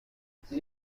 sin